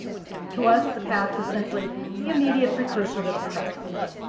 to us the past is simply the immediate precursor to the present.